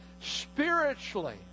spiritually